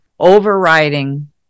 overriding